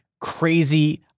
crazy